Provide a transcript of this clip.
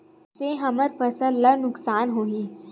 से हमर फसल ला नुकसान होही?